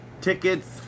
tickets